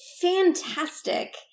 fantastic